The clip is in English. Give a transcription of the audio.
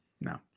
No